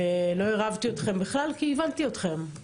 ולא עירבתי אתכם בכלל כי הבנתי אתכם,